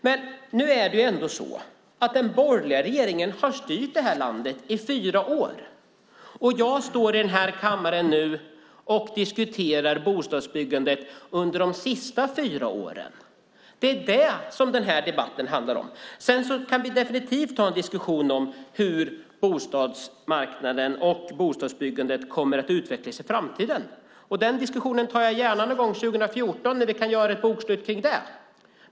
Men nu är det ändå så att den borgerliga regeringen har styrt det här landet i fyra år. Jag står i den här kammaren nu och diskuterar bostadsbyggandet under de senaste fyra åren. Det är det debatten handlar om. Sedan kan vi definitivt ha en diskussion om hur bostadsmarknaden och bostadsbyggandet kommer att utvecklas i framtiden. Den diskussionen tar jag gärna någon gång 2014, när vi kan göra ett bokslut kring det.